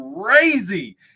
crazy